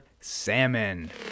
salmon